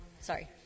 Sorry